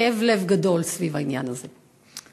כאב לב גדול סביב העניין הזה.